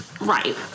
Right